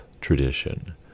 tradition